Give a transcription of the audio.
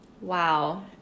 Wow